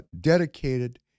dedicated